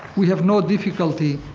we have no difficulty